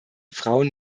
frauen